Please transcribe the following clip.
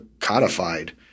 codified